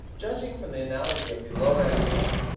judging from the analogy of the lower animals,